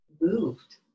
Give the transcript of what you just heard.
moved